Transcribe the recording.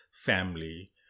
family